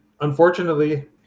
unfortunately